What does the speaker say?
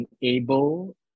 enable